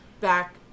Back